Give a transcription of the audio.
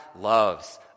loves